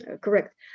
correct